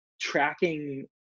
tracking